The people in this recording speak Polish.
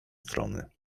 strony